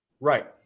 Right